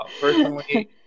Personally